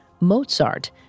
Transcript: Mozart